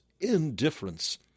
indifference